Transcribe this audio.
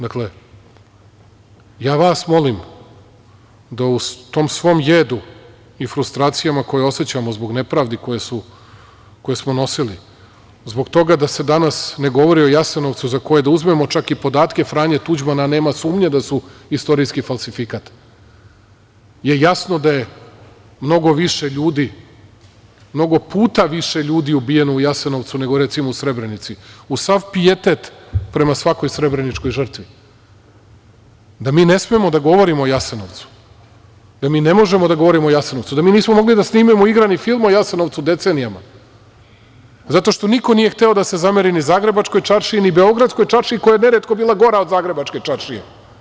Dakle, ja vas molim da u tom svom jedu i frustracijama koje osećamo zbog nepravdi koje smo nosili, zbog toga da se danas ne govori o Jasenovcu, za koje čak da uzmemo i podatke Franje Tuđmana, nema sumnje da su istorijski falsifikat, je jasno da je mnogo više ljudi, mnogo puta više ljudi ubijeno u Jasenovcu, nego recimo u Srebrenici, uz sav pijetet prema svakoj srebreničkoj žrtvi, da mi ne smemo da govorimo o Jasenovcu, da mi ne možemo da govorimo o Jasenovcu, da mi nismo mogli da snimimo igrani film o Jasenovcu decenijama, zato što niko nije hteo da se zameri ni zagrebačkoj čaršiji, ni beogradskoj čaršiji koja je neretko bila gora od zagrebačke čaršije.